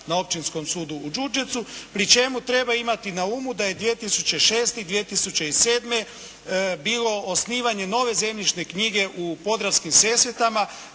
na Općinskom sudu u Đurđevcu, pri čemu treba imati na umu da je 2006. i 2007. bilo osnivanje nove zemljišne knjige u Podravskim Sesvetama